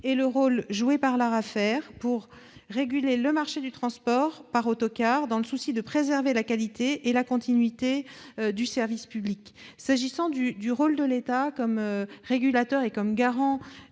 et routières, l'ARAFER, pour réguler le marché du transport par autocar, avec comme souci de préserver la qualité et la continuité du service public. S'agissant du rôle de l'État comme régulateur et garant